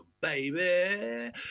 baby